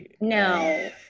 No